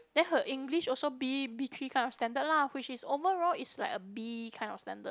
then her English also B B three kind of standard lah which is overall is like a B kind of standard